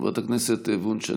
חברת הכנסת וונש,